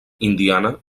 indiana